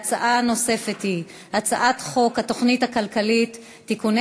ההצעות הנוספות הן: הצעת חוק התוכנית הכלכלית (תיקוני